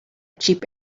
cheap